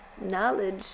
knowledge